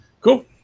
cool